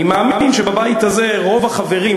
אני מאמין שבבית הזה רוב החברים,